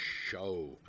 Show